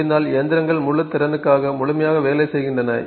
முடிந்தால் இயந்திரங்கள் முழு திறனுக்காக முழுமையாக வேலை செய்கின்றன